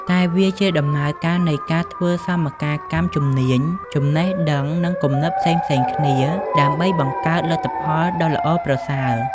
តែវាជាដំណើរការនៃការធ្វើសមកាលកម្មជំនាញ ចំណេះដឹង និងគំនិតផ្សេងៗគ្នា ដើម្បីបង្កើតលទ្ធផលដ៏ល្អប្រសើរ។